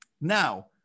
Now